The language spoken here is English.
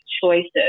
choices